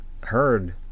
heard